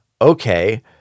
Okay